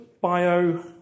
bio